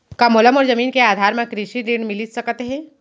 का मोला मोर जमीन के आधार म कृषि ऋण मिलिस सकत हे?